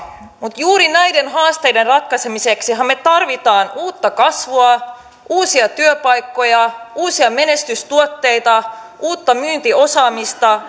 mutta juuri näiden haasteiden ratkaisemiseksihan me tarvitsemme uutta kasvua uusia työpaikkoja uusia menestystuotteita uutta myyntiosaamista